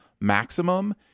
maximum